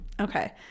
okay